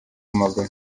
w’amaguru